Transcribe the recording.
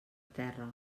terra